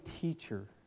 teacher